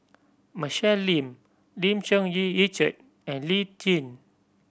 Michelle Lim Lim Cherng Yih Richard and Lee Tjin